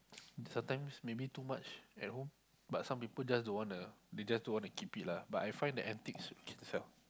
sometimes maybe too much at home but some people just don't wanna they just don't wanna keep it lah but I find that antiques can sell